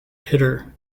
hitter